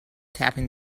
tapping